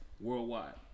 worldwide